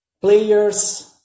players